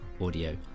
audio